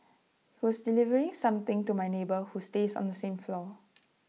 he was delivering something to my neighbour who stays on the same floor